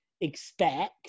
expect